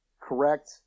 correct